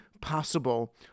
possible